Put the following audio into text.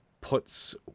puts